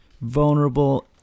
vulnerable